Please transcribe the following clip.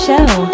show